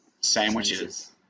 sandwiches